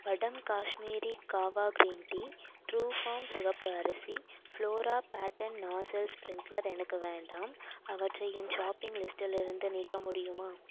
வடம் Kashmiri kahwa green tea Truefarm சிவப்பு அரிசி ஃப்ளோரா பேட்டர்ன் நாஸில்ஸ் ஸ்ப்ரிங்க்ளர் எனக்கு வேண்டாம் அவற்றை என் ஷாப்பிங் லிஸ்டிலிருந்து நீக்க முடியுமா